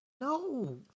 No